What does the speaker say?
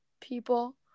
people